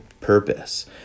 purpose